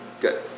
Good